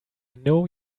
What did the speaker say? know